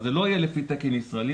אז זה לא יהיה לפי תקן ישראלי,